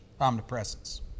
omnipresence